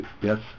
yes